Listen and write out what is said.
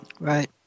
Right